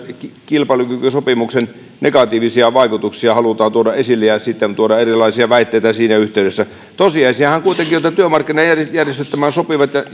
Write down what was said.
kilpailukykysopimuksen negatiivisia vaikutuksia halutaan tuoda esille ja tuoda erilaisia väitteitä siinä yhteydessä tosiasiahan kuitenkin on että työmarkkinajärjestöt tämän sopivat ja